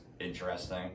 interesting